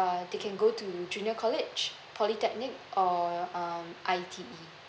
um they can go to junior college polytechnic or um I_T_E